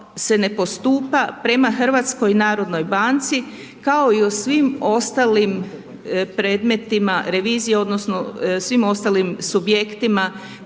se ne postupa prema HNB-u kao i o svim ostalim predmetima revizije, odnosno svim ostalim subjektima